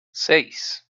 seis